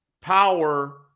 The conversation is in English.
power